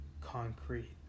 concrete